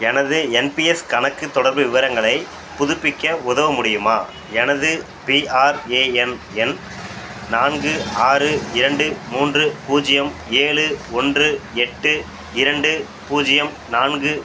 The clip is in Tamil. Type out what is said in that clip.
எனது என்பிஎஸ் கணக்கு தொடர்பு விவரங்களை புதுப்பிக்க உதவ முடியுமா எனது பிஆர்ஏஎன் எண் நான்கு ஆறு இரண்டு மூன்று பூஜ்யம் ஏழு ஒன்று எட்டு இரண்டு பூஜ்யம் நான்கு